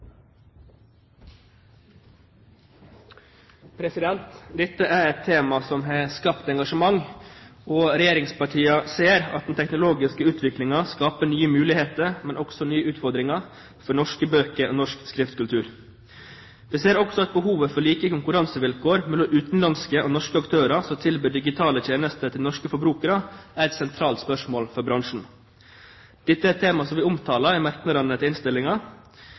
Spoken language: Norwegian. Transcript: et tema som har skapt engasjement. Regjeringspartiene ser at den teknologiske utviklingen skaper nye muligheter, men også nye utfordringer for norske bøker og norsk skriftkultur. De ser også at behovet for like konkurransevilkår mellom utenlandske og norske aktører som tilbyr digitale tjenester til norske forbrukere, er et sentralt spørsmål for bransjen. Dette er et tema som er omtalt i merknadene til